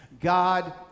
God